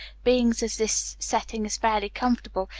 beings as this setting is fairly comfortable,